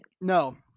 No